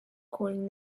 calling